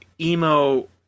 emo